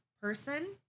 person